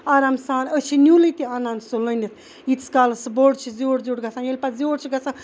آرام سان أسۍ چھِ نیوٗلٕے تہٕ اَنان سُہ لوٚنِتھ ییٖتِس کالَس سُہ بوٚڑ چھُ زیوٗٹھ زیوٗٹھ گَژھان ییٚلہِ پَتہٕ زیوٗٹھ چھُ گَژھان